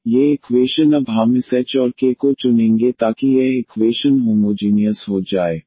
तो ये इक्वेशन अब हम इस h और k को चुनेंगे ताकि यह इक्वेशन होमोजीनियस हो जाए